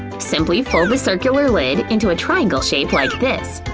simply fold the circular lid into a triangle shape like this.